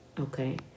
Okay